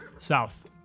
south